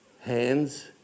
hands